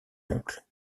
oncle